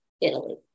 Italy